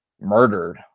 murdered